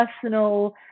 personal